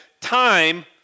time